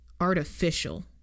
artificial